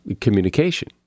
communication